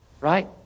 Right